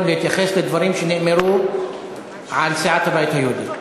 להתייחס לדברים שנאמרו על סיעת הבית היהודי.